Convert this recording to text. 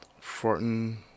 Fortin